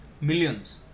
Millions